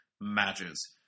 Matches